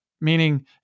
meaning